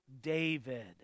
David